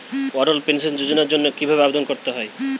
অটল pension যোজনার জন্য কি ভাবে আবেদন করতে হয়?